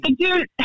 Dude